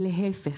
להיפך.